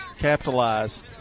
capitalize